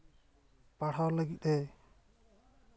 ᱯᱟᱲᱦᱟᱣ ᱞᱟᱹᱜᱤᱫ ᱮᱭ